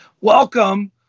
Welcome